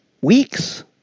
weeks